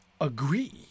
agree